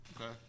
Okay